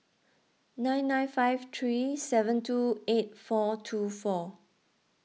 nine nine five three seven two eight four two four